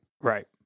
Right